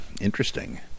Interesting